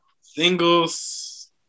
singles